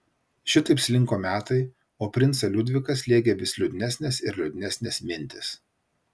šitaip slinko metai o princą liudviką slėgė vis liūdnesnės ir liūdnesnės mintys